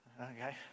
Okay